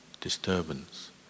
disturbance